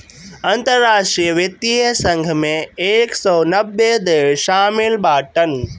अंतरराष्ट्रीय वित्तीय संघ मे एक सौ नब्बे देस शामिल बाटन